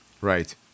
Right